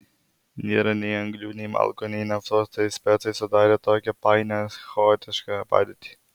nėra nei anglių nei malkų nei naftos tai specai sudarė tokią painią chaotišką padėtį